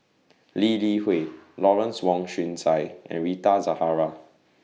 Lee Li Hui Lawrence Wong Shyun Tsai and Rita Zahara